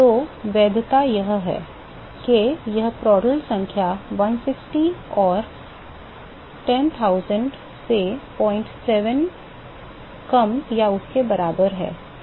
तो वैधता यह है के यह प्रांटल संख्या 160 और 10000 से 07 कम या उसके बराबर है ठीक है